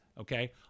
okay